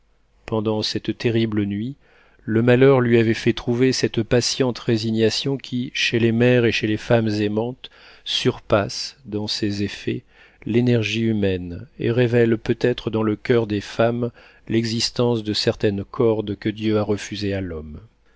pendant cette terrible nuit le malheur lui avait fait trouver cette patiente résignation qui chez les mères et chez les femmes aimantes surpasse dans ses effets l'énergie humaine et révèle peut-être dans le coeur des femmes l'existence de certaines cordes que dieu a refusées à l'homme